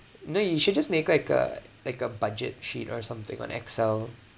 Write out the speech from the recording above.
you know you should just make like a like a budget sheet or something on excel